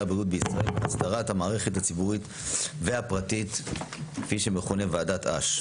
הבריאות בישראל להסדרת המערכת הציבורית והפרטית כפי שמכונה ועדת אש.